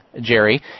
Jerry